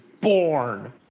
born